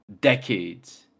Decades